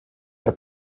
der